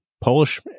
Polish